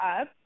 up